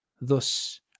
Thus